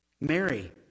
Mary